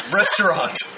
restaurant